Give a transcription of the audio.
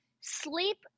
Sleep